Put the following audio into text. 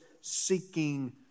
seeking